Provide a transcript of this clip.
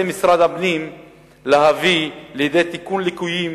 משרד הפנים להביא לידי תיקון ליקויים